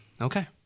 Okay